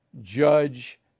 Judge